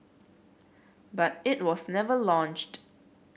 but it was never launched